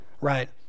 right